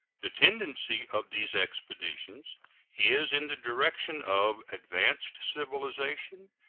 the tendency of these expositions is in the direction of advanced civilization,